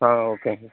ஆ ஓகேங்க சார்